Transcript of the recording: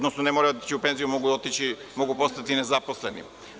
Ne moraju otići u penziju, mogu postati i nezaposleni.